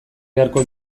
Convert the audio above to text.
beharko